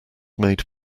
made